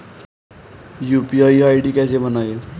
UPI ID कैसे बनाएं?